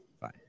Fine